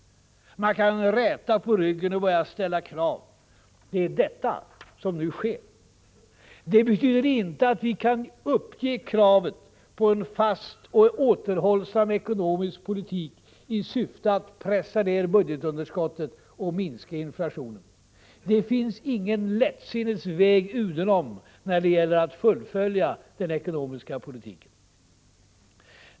Man kan räta på ryggen och börja ställa krav. Det är detta som nu sker. Det betyder inte att vi kan uppge kravet på en fast och återhållsam ekonomisk politik i syfte att pressa ner budgetunderskottet och minska inflationen. Det finns ingen lättsinnets väg udenom när det gäller att fullfölja den ekonomiska politiken.